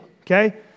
okay